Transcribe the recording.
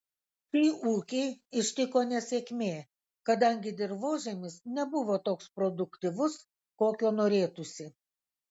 šį ūkį ištiko nesėkmė kadangi dirvožemis nebuvo toks produktyvus kokio norėtųsi